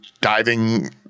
diving